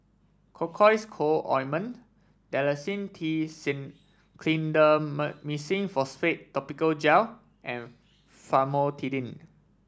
Cocois Co Ointment Dalacin T Clindamycin Phosphate Topical Gel and Famotidine